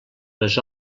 les